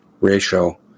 ratio